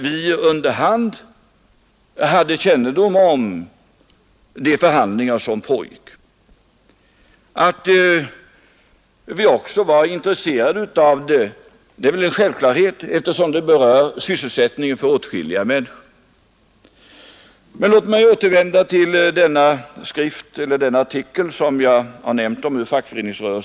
Vi fick under hand kännedom om de förhandlingar som pågick. Och att vi var intresserade av förhandlingarna är ju en självklarhet, eftersom frågan berör sysselsättningen för åtskilliga människor. Men låt mig återvända till den artikel i tidningen Fackföreningsrörelsen som jag tidigare har citerat ur.